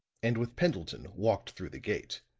and with pendleton walked through the gate.